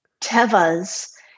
Teva's